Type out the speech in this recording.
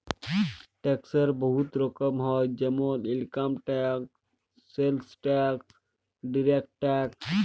ট্যাক্সের বহুত রকম হ্যয় যেমল income tax, sales tax, direct tax